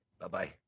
Bye-bye